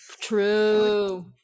True